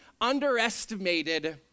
underestimated